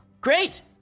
Great